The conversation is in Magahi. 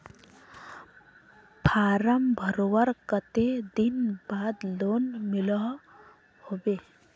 फारम भरवार कते दिन बाद लोन मिलोहो होबे?